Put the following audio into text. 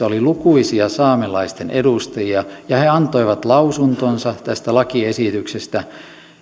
oli lukuisia saamelaisten edustajia ja he antoivat lausuntonsa tästä lakiesityksestä niin